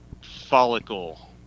follicle